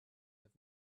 have